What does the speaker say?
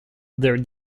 their